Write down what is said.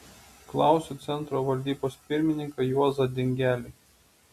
klausiu centro valdybos pirmininką juozą dingelį